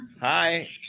hi